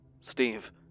Steve